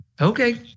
okay